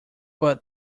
but